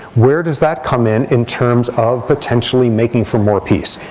where does that come in, in terms of potentially making for more peace?